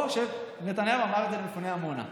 או שנתניהו אמר את זה למפוני עמונה?